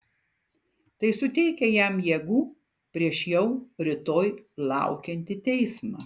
tai suteikia jam jėgų prieš jau rytoj laukiantį teismą